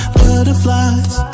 butterflies